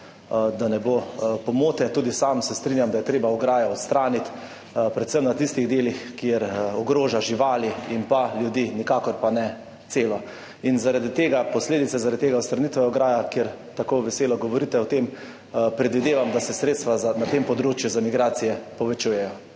Da ne bo pomote, tudi sam se strinjam, da je treba ograjo odstraniti, predvsem na tistih delih, kjer ogroža živali in ljudi, nikakor pa ne cele. Zaradi posledic tega, zaradi odstranitve ograje, ker tako veselo govorite o tem, predvidevam, da se sredstva na tem področju za migracije povečujejo